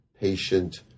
patient